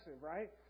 right